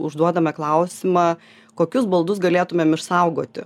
užduodame klausimą kokius baldus galėtumėm išsaugoti